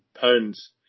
pounds